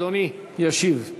אדוני ישיב.